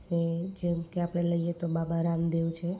એ જેમકે આપણે લઈએ તો બાબા રામદેવ છે